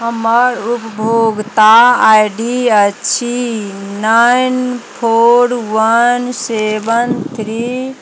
हमर उपभोगता आईडी अछि nine four one seven three